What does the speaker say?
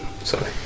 sorry